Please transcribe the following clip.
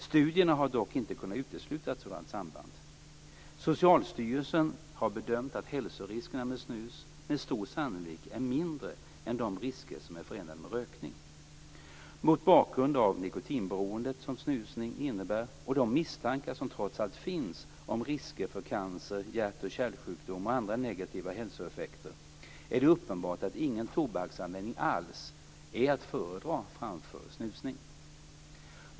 Studierna har dock inte kunnat utesluta ett sådant samband. Socialstyrelsen har bedömt att hälsoriskerna med snus med stor sannolikhet är mindre än de risker som är förenade med rökning. Mot bakgrund av det nikotinberoende som snusning innebär och de misstankar som trots allt finns om risker för cancer, hjärt och kärlsjukdom och andra negativa hälsoeffekter är det uppenbart att ingen tobaksanvändning alls är att föredra framför snusning.